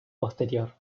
posterior